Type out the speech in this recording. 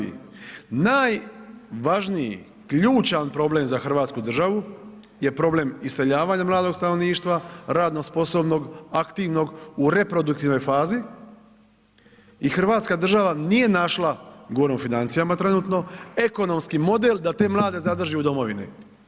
Najvažniji ključan problem za Hrvatsku državu je problem iseljavanja mladog stanovništva, radno sposobnog, aktivnog u reproduktivnoj fazi i Hrvatska država nije našla, govorim o financijama trenutno, ekonomski model da te mlade zadrži u domovini.